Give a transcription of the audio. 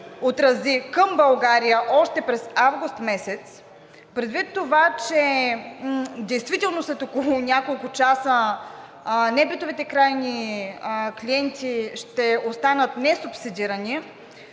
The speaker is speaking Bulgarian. отрази към България още през месец август, предвид това, че действително след около няколко часа небитовите крайни клиенти ще останат несубсидирани,